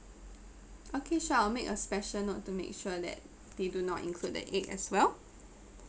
okay sure I'll make a special note to make sure that they do not include the egg as well